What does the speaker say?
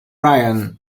ryan